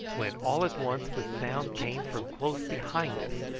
when all at once the sound came from close behind us,